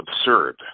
absurd